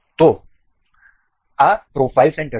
તો આ profile centre છે